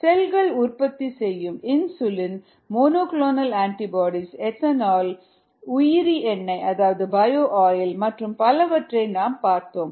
செல்கள் உற்பத்தி செய்யும் இன்சுலின் மோனோக்ளோனல் ஆன்டிபாடிகள் எத்தனால் உயிரி எண்ணெய் அதாவது பயோ ஆயில் மற்றும் பலவற்றை நாம் பார்த்தோம்